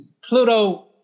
Pluto